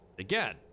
again